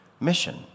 mission